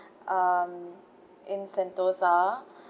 um in sentosa